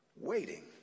waiting